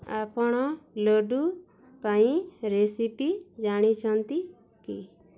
ଆପଣ ଲଡ଼ୁ ପାଇଁ ରେସିପି ଜାଣିଛନ୍ତି କି